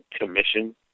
commission